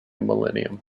millennium